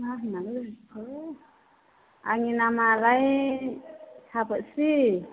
मा होननांगौ बेखौ आंनि नामआलाय साबोथ्रि